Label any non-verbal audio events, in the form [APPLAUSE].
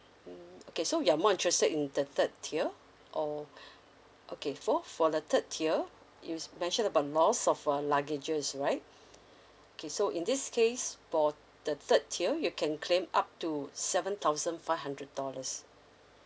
mm okay so you are more interested in the third tier or [BREATH] okay for for the third tier you mention about loss of uh luggage's right okay so in this case of the third tier you can claim up to seven thousand five hundred dollars